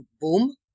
boom